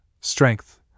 Strength